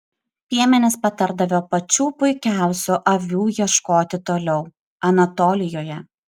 piemenys patardavo pačių puikiausių avių ieškoti toliau anatolijoje